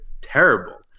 terrible